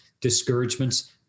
discouragements